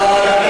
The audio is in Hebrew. נתת כותרות.